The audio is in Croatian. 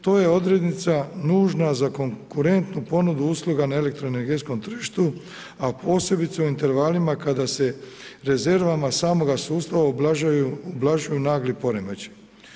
To je odrednica nužna za konkurentnu ponudu usluga na elektroenergetskom tržištu, a posebice u intervalima kada se u rezervama samoga sustava ublažuju nagli poremećaji.